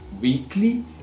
weekly